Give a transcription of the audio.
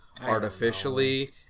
artificially